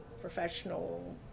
professional